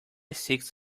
six